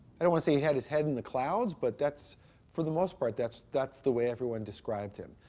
i don't want to say he had his head in the clouds, but that's for the most part, that's that's the way everyone described him.